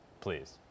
please